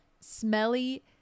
smelly